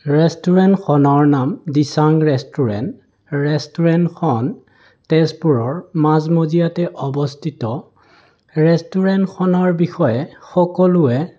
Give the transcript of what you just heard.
ৰেষ্টুৰেণ্টখনৰ নাম দিছাং ৰেষ্টুৰেণ্ট ৰেষ্টুৰেণ্টখন তেজপুৰৰ মাজমজিয়াতে অৱস্থিত ৰেষ্টুৰেণ্টখনৰ বিষয়ে সকলোৱে